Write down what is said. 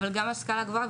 אבל גם השכלה גבוהה,